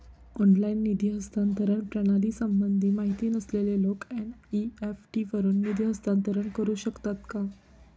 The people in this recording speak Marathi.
ऑनलाइन निधी हस्तांतरण प्रणालीसंबंधी माहिती नसलेले लोक एन.इ.एफ.टी वरून निधी हस्तांतरण करू शकतात का?